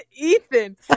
Ethan